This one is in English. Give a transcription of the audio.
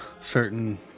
certain